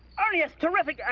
ernie, that's terrific.